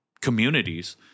communities